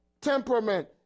temperament